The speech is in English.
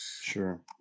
sure